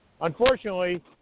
Unfortunately